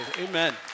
Amen